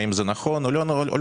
האם זה נכון או לא נכון.